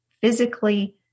physically